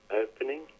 opening